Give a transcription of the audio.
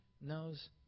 knows